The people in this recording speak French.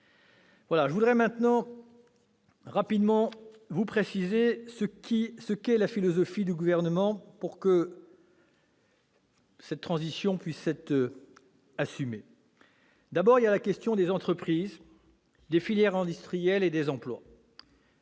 Je veux maintenant vous préciser rapidement ce qu'est la philosophie du Gouvernement, pour que cette transition puisse être assumée. Se pose d'abord la question des entreprises, des filières industrielles et des emplois.